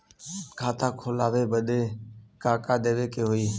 खाता खोलावे बदी का का देवे के होइ?